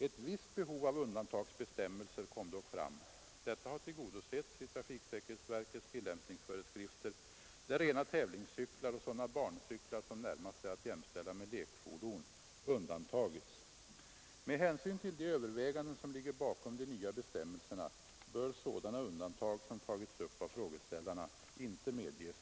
Ett visst behov av undantagsbestämmelser kom dock fram. Detta har tillgodosetts i trafiksäkerhetsverkets tillämpningsföreskrifter, där rena tävlingscyklar och sådana barncyklar, som närmast är att jämställa med lekfordon, undantagits. Med hänsyn till de överväganden som ligger bakom de nya bestämmelserna bör sådana undantag som tagits upp av frågeställarna inte medges.